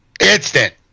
Instant